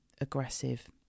aggressive